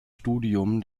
studium